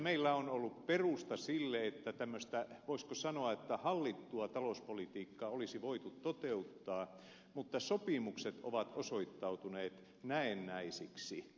meillä on ollut perusta sille että tämmöistä voisiko sanoa hallittua talouspolitiikkaa olisi voitu toteuttaa mutta sopimukset ovat osoittautuneet näennäisiksi